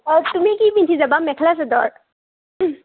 অঁ তুমি কি পিন্ধি যাবা মেখেলা চাদৰ